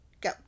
go